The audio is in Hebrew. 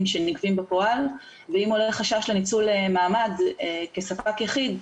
שנגבים בפועל ואם עולה חשש לניצול מעמד כספק יחיד,